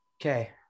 Okay